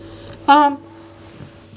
um